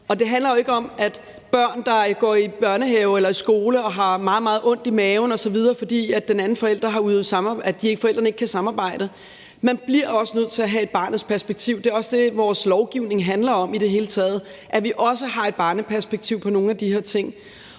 Det handler ikke om, at børn, der går i børnehave eller i skole, har meget, meget ondt i maven osv., fordi forældrene ikke kan samarbejde. Man bliver også nødt til at have barnets perspektiv. Det er også det, vores lovgivning handler om i det hele taget, altså at vi også har et børneperspektiv på nogle af de her ting.